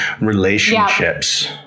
relationships